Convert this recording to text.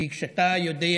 כי כשאתה יודע,